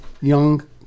young